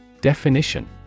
Definition